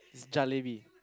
it's jalebi